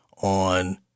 on